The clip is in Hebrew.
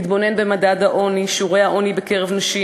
נתבונן במדד העוני: שיעורי העוני בקרב נשים